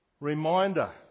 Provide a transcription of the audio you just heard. reminder